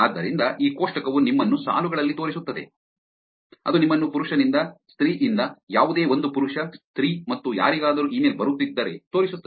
ಆದ್ದರಿಂದ ಈ ಕೋಷ್ಟಕವು ನಿಮ್ಮನ್ನು ಸಾಲುಗಳಲ್ಲಿ ತೋರಿಸುತ್ತದೆ ಅದು ನಿಮ್ಮನ್ನು ಪುರುಷನಿಂದ ಸ್ತ್ರೀಯಿಂದ ಯಾವುದೇ ಒಂದು ಪುರುಷ ಸ್ತ್ರೀ ಮತ್ತು ಯಾರಿಗಾದರೂ ಇಮೇಲ್ ಬರುತ್ತಿದ್ದರೆ ತೋರಿಸುತ್ತದೆ